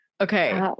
Okay